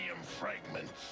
fragments